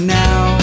now